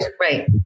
Right